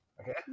Okay